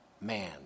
man